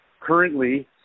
Currently